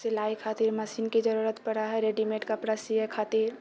सिलाइ खातिर मशीनके जरूरति पड़ै हैय रेडीमेड कपड़ा सियै खातिर